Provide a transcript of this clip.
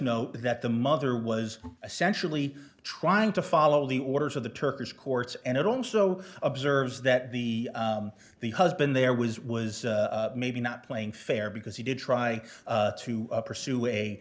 note that the mother was essentially trying to follow the orders of the turkish courts and it also observes that the the husband there was was maybe not playing fair because he did try to pursue a